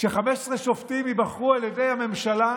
ש-15 שופטים ייבחרו על ידי הממשלה,